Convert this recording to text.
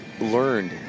learned